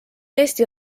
eesti